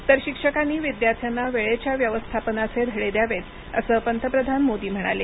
तर शिक्षकांनी विद्यार्थ्यांना वेळेच्या व्यवस्थापनाचे धडे द्यावेत अस पतप्रधान मोदी म्हणाले